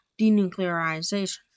denuclearization